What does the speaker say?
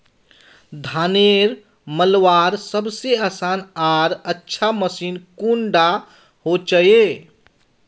धानेर मलवार सबसे आसान आर अच्छा मशीन कुन डा होचए?